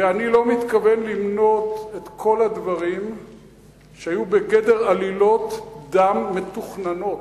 ואני לא מתכוון למנות את כל הדברים שהיו בגדר עלילות דם מתוכננות,